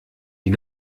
die